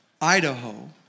Idaho